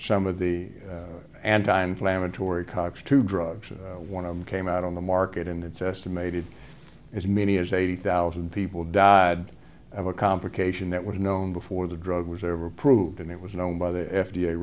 some of the anti inflammatory cox two drugs one of came out on the market and it's estimated as many as eighty thousand people died of a complication that was known before the drug was ever approved and it was known by the f